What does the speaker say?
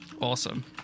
Awesome